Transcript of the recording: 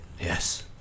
Yes